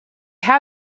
how